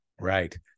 Right